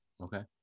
okay